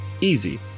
Easy